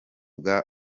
bwa